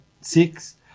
six